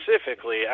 specifically